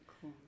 cool